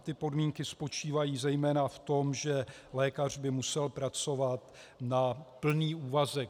Ty podmínky spočívají zejména v tom, že lékař by musel pracovat na plný úvazek.